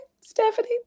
Stephanie